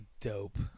dope